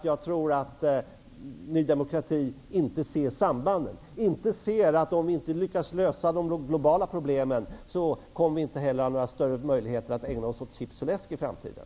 Jag tror att Ny demokrati inte ser sambanden, dvs. att om de globala problemen inte löses kommer vi inte heller ha större möjligheter att ägna oss åt chips och läsk i framtiden.